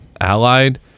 Allied